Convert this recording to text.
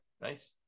Nice